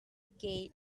gay